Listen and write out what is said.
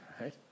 Right